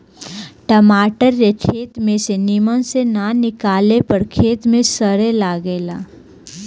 टमाटर के खेत में से निमन से ना निकाले पर खेते में सड़े लगेला